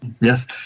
Yes